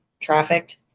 trafficked